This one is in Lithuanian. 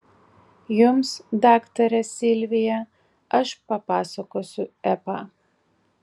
jums daktare silvija aš papasakosiu epą